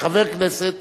כחבר הכנסת,